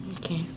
okay